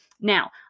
Now